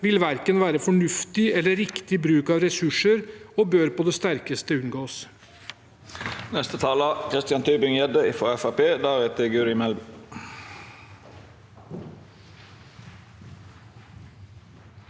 vil verken være fornuftig eller riktig bruk av ressurser og bør på det sterkeste unngås.